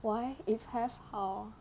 why if have how